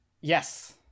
yes